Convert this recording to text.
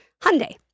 Hyundai